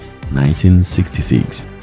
1966